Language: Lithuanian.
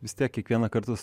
vis tiek kiekvieną kartą